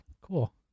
Cool